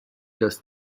das